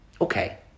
okay